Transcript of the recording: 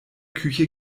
küche